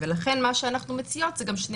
ולכן מה שאנחנו מציעות זה גם שני